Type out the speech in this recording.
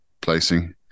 placing